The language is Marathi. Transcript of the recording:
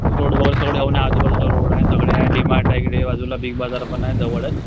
रोड वगैरे सगळे होऊन आहे आजूबाजूला रोड आहे सगळे आहे डीमार्ट आहे इकडे बाजूला बिग बाजारपण आहे जवळच